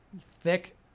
thick